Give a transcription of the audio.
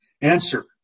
Answer